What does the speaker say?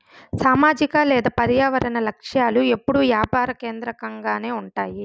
సామాజిక లేదా పర్యావరన లక్ష్యాలు ఎప్పుడూ యాపార కేంద్రకంగానే ఉంటాయి